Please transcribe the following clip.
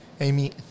amy